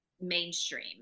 mainstream